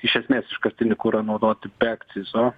iš esmės iškastinį kurą naudoti be akcizo